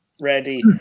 ready